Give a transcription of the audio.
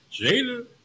Jada